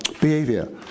behavior